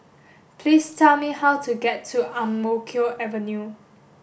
please tell me how to get to Ang Mo Kio Avenue